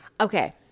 Okay